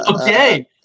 Okay